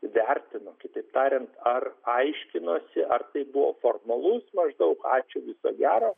vertino kitaip tariant ar aiškinosi ar tai buvo formalus maždaug ačiū viso gero